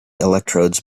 electrodes